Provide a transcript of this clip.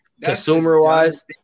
Consumer-wise